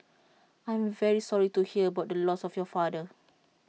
I am very sorry to hear about the loss of your father